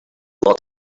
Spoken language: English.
lot